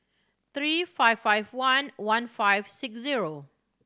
three five five one one five six zero